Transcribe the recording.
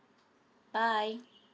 bye